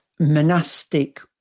Monastic